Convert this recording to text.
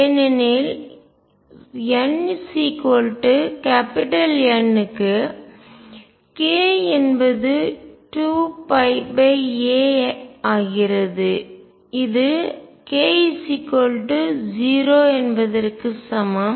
ஏனெனில் n N க்கு k என்பது 2πa ஆகிறது இது k 0 என்பதற்கு சமம்